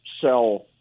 sell